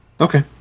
Okay